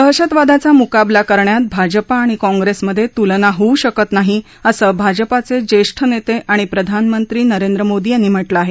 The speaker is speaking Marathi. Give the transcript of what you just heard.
दहशतवादाचा मुकाबला करण्यात भाजपा आणि काँग्रेसमधे तुलना होऊ शकत नाही असं भाजपाचे ज्येष्ठ नेते आणि प्रधानमंत्री नरेंद्र मोदी यांनी म्हटलं आहे